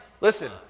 Listen